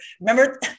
Remember